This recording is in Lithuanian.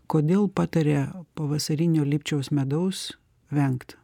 kodėl pataria pavasarinio lipčiaus medaus vengt